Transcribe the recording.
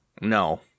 No